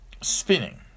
Spinning